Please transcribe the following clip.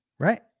Right